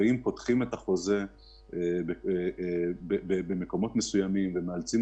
אם פותחים את החוזה במקומות מסוימים ומאלצים